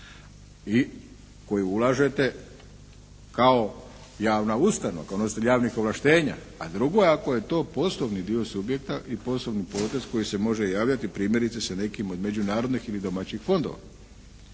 koji ulažete kao javna ustanova, kao nositelj javnih ovlaštenja. A drugo je to ako je to poslovni dio subjekta i posebni potez koji se može javljati primjerice sa nekim od međunarodnih ili domaćih fondova.